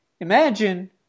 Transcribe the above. imagine